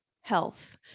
health